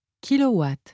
Kilowatt